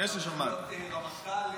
נותן לך שלוש דקות.